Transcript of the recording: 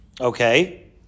Okay